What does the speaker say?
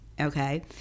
okay